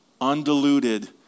undiluted